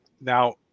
Now